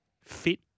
fit